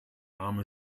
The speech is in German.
arme